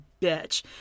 bitch